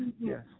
yes